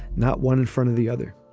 not one in front of the other